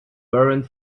warrant